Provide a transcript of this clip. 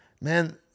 man